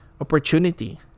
opportunity